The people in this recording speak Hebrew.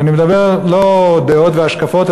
ואני מדבר לא דעות והשקפות,